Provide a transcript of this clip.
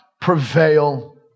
prevail